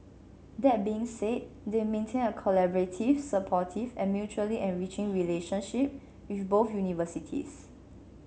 that being said they maintain a collaborative supportive and mutually enriching relationship with both universities